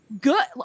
good